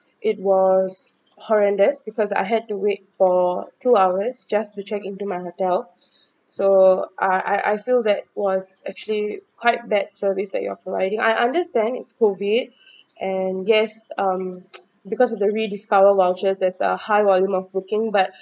it was horrendous because I had to wait for two hours just to check in to my hotel so I I feel that it was actually quite bad service they you're providing I understand it's COVID and yes um because of the rediscover vouchers there's a high volume of booking but